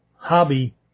Hobby